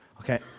Okay